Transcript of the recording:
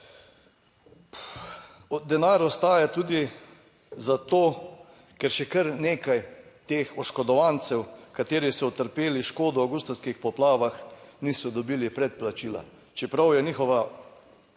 Denar ostaja tudi zato, ker še kar nekaj teh oškodovancev, kateri so utrpeli škodo v avgustovskih poplavah, niso dobili predplačila, čeprav je njihova